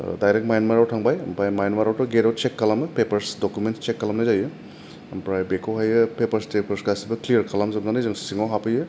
दाइरेक Myanmar आव थांबाय Myanmar आवथ' गेटआव सेक खालामो पेपार्स दकुमेन्टस सेक खालामनाय जायो ओमफ्राय बेखौहायो पेपार टेफारस गासिबो क्लियार खालामजोबनानै जों सिङाव हाबहैयो